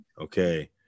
okay